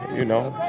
you know,